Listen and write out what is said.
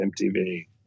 MTV